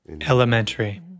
Elementary